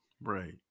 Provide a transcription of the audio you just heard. Right